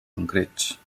concrets